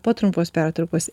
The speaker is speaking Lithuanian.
po trumpos pertraukos